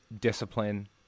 discipline